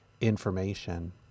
information